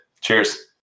Cheers